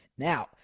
Now